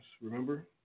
Remember